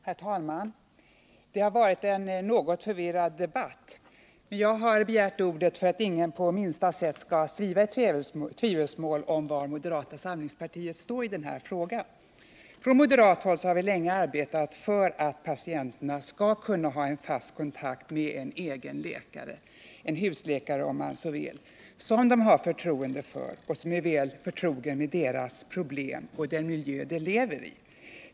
Herr talman! Det har varit en något förvirrad debatt. Jag har begärt ordet för att ingen på minsta sätt skall sväva i tvivelsmål om var moderata samlingspartiet står i denna fråga. Från moderat håll har vi länge arbetat för att patienterna skall kunna ha en fast kontakt med en egen läkare — en husläkare om man så vill — som de har förtroende för och som är väl förtrogen med deras problem och den miljö som de lever i.